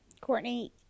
Courtney